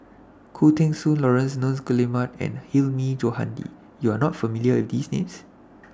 Khoo Teng Soon Laurence Nunns Guillemard and Hilmi Johandi YOU Are not familiar with These Names